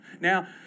Now